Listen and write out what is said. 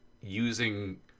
using